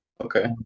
Okay